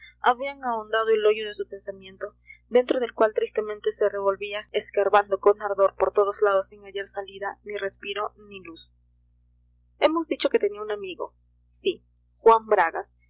habían ahondado el hoyo de su pensamiento dentro del cual tristemente se revolvía escarbando con ardor por todos lados sin hallar salida ni respiro ni luz hemos dicho que tenía un amigo sí juan bragas